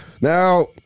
now